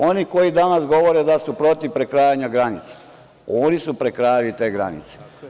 Oni koji danas govore da su protiv prekrajanja granica, oni su prekrajali te granice.